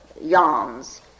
yawns